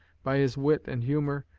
by his wit and humor,